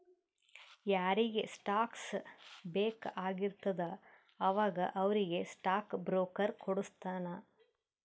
ಯಾರಿಗ್ ಸ್ಟಾಕ್ಸ್ ಬೇಕ್ ಆಗಿರ್ತುದ ಅವಾಗ ಅವ್ರಿಗ್ ಸ್ಟಾಕ್ ಬ್ರೋಕರ್ ಕೊಡುಸ್ತಾನ್